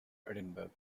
edinburgh